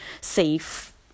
safe